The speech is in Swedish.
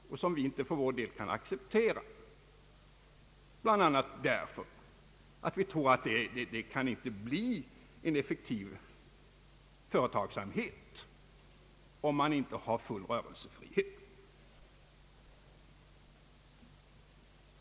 Sådana begränsningar kan vi för vår del inte acceptera, bl.a. för att det inte kan bli någon effektiv företagsamhet om man inte har full rörelsefrihet.